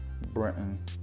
Brenton